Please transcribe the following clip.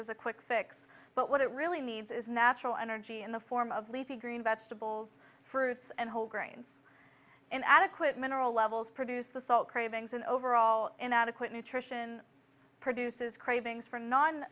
as a quick fix but what it really needs is natural energy in the form of leafy green vegetables fruits and whole grains in adequate mineral levels produce the salt cravings and overall inadequate nutrition produces cravings for non